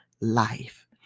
life